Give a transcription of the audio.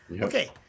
Okay